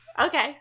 Okay